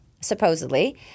supposedly